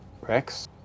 Rex